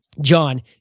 John